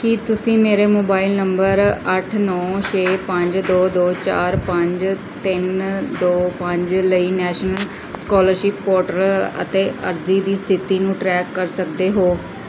ਕੀ ਤੁਸੀਂ ਮੇਰੇ mobile number ਅੱਠ ਨੌਂ ਛੇ ਪੰਜ ਦੋ ਦੋ ਚਾਰ ਪੰਜ ਤਿੰਨ ਦੋ ਪੰਜ ਲਈ ਨੈਸ਼ਨਲ ਸਕਾਲਰਸ਼ਿਪ ਪੋਟਰ ਅਤੇ ਅਰਜ਼ੀ ਦੀ ਸਥਿਤੀ ਨੂੰ ਟਰੈਕ ਕਰ ਸਕਦੇ ਹੋ